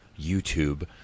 YouTube